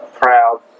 Proud